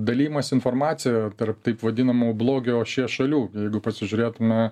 dalijimąsi informacija tarp taip vadinamų blogio ašies šalių jeigu pasižiūrėtume